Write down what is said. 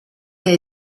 che